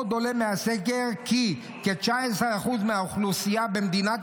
עוד עולה מהסקר כי כ-19% מהאוכלוסייה במדינת